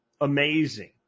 amazing